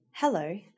Hello